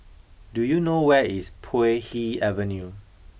do you know where is Puay Hee Avenue